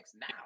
now